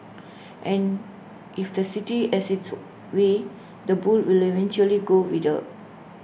and if the city has its way the bull will eventually go with her